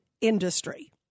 industry